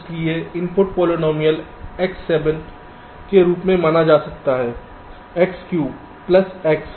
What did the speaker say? इसलिए input polynomial x 7 के रूप में माना जा सकता है x क्यूब प्लस एक्स